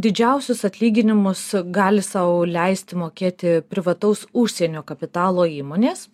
didžiausius atlyginimus gali sau leisti mokėti privataus užsienio kapitalo įmonės